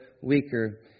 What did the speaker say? weaker